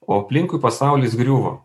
o aplinkui pasaulis griuvo